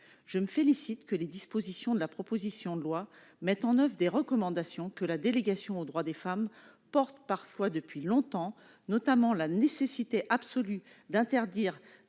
Je me félicite de ce que les dispositions de la proposition de loi mettent en oeuvre des recommandations que la délégation aux droits des femmes porte parfois depuis longtemps, notamment la nécessité absolue d'interdire